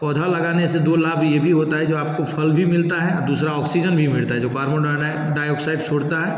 पौधे लगाने से दो लाभ ये भी होता है जो आपको फल भी मिलता है और दुसरा ऑक्सीजन भी मिलती है जो कार्बन डाइऑक्साइड छोड़ता है